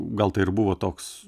gal tai ir buvo toks